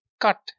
cut